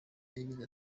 yagize